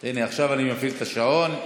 הינה, עכשיו אני מפעיל את השעון.